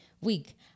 week